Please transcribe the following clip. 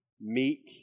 meek